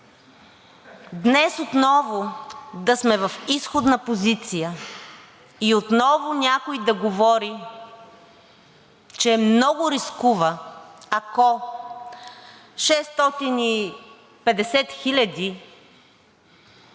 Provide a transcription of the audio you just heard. днес отново да сме в изходна позиция и отново някой да говори, че много рискува, ако 650 хиляди,